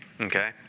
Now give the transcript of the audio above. Okay